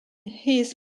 his